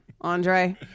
Andre